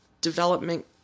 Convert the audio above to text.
Development